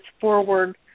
forward